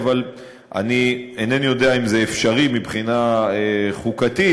אבל אני אינני יודע אם זה אפשרי מבחינה חוקתית.